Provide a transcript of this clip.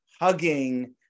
hugging